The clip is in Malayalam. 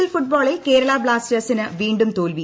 എൽ ഫുട്ബോളിൽ കേരള ബ്ലാസ്റ്റേഴ്സിനു വീണ്ടും തോൽവി